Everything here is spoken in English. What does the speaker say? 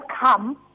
come